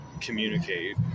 communicate